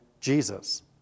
Jesus